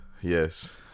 Yes